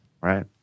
Right